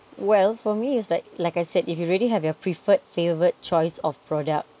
well for me its like like I said if you already have your preferred favoured choice of product